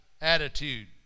attitude